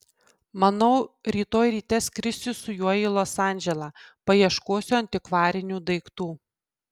manau rytoj ryte skrisiu su juo į los andželą paieškosiu antikvarinių daiktų